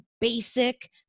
basic